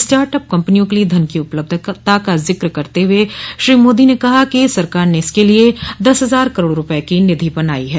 startup कम्पनियों के लिए धन की उपलब्धता का जिक्र करते हुए श्री मोदी ने कहा कि सरकार ने इसके लिए दस हजार करोड़ रूपये की निधि बनाई है